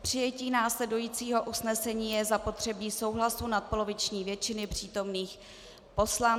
K přijetí následujícího usnesení je zapotřebí souhlasu nadpoloviční většiny přítomných poslanců.